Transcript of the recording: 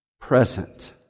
present